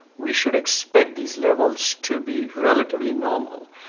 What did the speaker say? we should expect these levels to be relatively normal,